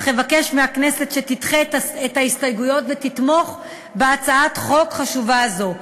אך אבקש מהכנסת שתדחה את ההסתייגויות ותתמוך בהצעת חוק חשובה זו.